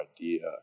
idea